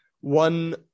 One